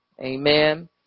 Amen